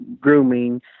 grooming